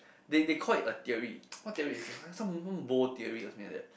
they they call it a theory what theory is it call some Bow theory or something like that